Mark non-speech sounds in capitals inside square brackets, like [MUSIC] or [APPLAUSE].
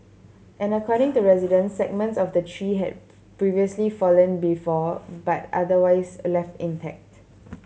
and according to residents segments of the tree had [UNINTELLIGIBLE] previously fallen before but otherwise left intact